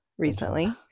recently